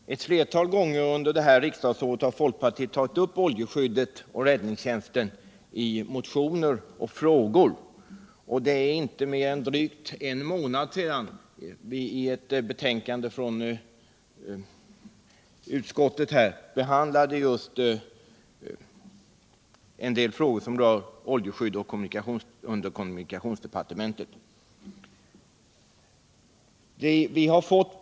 Herr talman! Ett flertal gånger under det här riksdagsåret har folkpartiet tagit upp olj2skyddet och räddningstjänsten i motioner och frågor. Det är inte mer än drygt en månad sedan vi hade att behandla ett utskottsbetänkande som gällde en del frågor under kommunikationsdepartementet som rörde just oljeskydd.